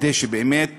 כדי שבאמת